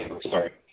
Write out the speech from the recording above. sorry